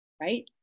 right